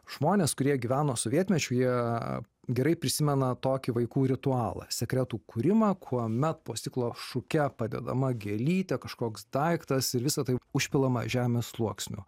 žmonės kurie gyveno sovietmečiu jie gerai prisimena tokį vaikų ritualą sekretų kūrimą kuomet po stiklo šuke padedama gėlytė kažkoks daiktas visa tai užpilama žemės sluoksniu